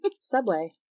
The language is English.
Subway